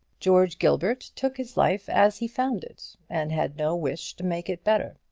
george gilbert took his life as he found it, and had no wish to make it better.